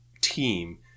team